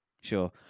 sure